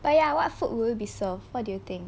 but ya what food will you be served what do you think